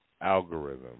algorithm